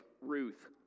Ruth